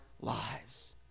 lives